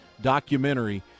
documentary